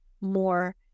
more